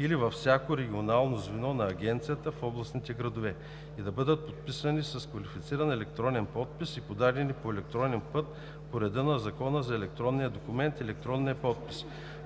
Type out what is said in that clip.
или във всяко регионално звено на агенцията в областните градове и да бъдат подписани с квалифициран електронен подпис и подадени по електронен път по реда на Закона за електронния документ и електронния подпис.